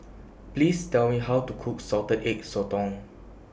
Please Tell Me How to Cook Salted Egg Sotong